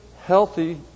healthy